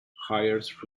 hires